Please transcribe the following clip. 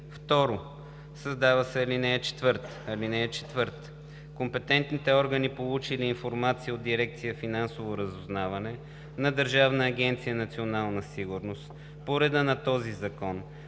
2. Създава се ал. 4: „(4) Компетентните органи, получили информация от дирекция „Финансово разузнаване“ на Държавна агенция „Национална сигурност“ по реда на този закон,